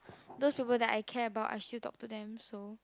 those people that I care about I still talk to them so